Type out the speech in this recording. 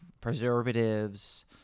preservatives